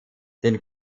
den